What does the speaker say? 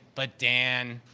but dan,